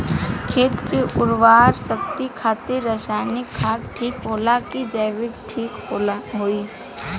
खेत के उरवरा शक्ति खातिर रसायानिक खाद ठीक होला कि जैविक़ ठीक होई?